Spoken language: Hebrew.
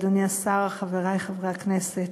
אדוני השר, חברי חברי הכנסת,